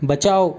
बचाओ